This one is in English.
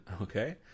Okay